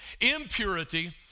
impurity